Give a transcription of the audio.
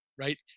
right